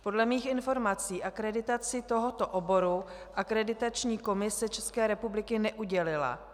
Podle mých informací akreditaci tohoto oboru Akreditační komise České republiky neudělila.